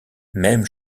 même